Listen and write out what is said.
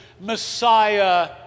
Messiah